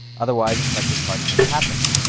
otherwise, it's like your party never happened.